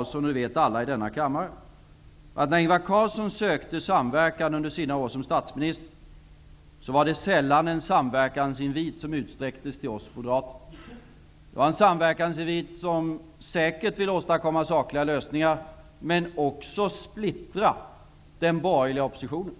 aspekten är att när Ingvar Carlsson sökte samverkan under sina år som statsminister, var det sällan en samverkansinvit som utsträcktes till oss moderater. Det vét Ingvar Carlsson och alla i denna kammare. Det var en invit till samverkan, säkert för att åstadkomma sakliga lösningar men också för att splittra den borgerliga oppositionen.